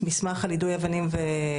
אני כתבתי את המסמך על יידוי אבנים וירי